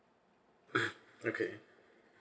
okay